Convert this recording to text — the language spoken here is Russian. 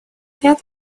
ряд